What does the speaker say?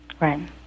Right